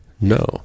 No